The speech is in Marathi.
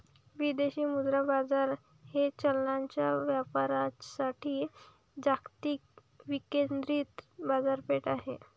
विदेशी मुद्रा बाजार हे चलनांच्या व्यापारासाठी जागतिक विकेंद्रित बाजारपेठ आहे